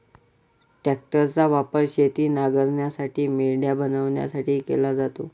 ट्रॅक्टरचा वापर शेत नांगरण्यासाठी, मेंढ्या बनवण्यासाठी केला जातो